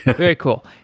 ah very cool.